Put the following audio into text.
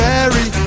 Mary